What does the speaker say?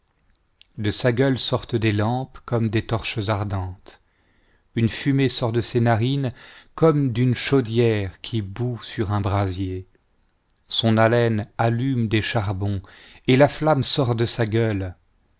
de sa gueule sortent des lampes comme des torches ardentes une fumée sort de ses narines comme d'une chaudière qui bout sur un brasier son haleine allume des charbons et la flamme sort de sa gueule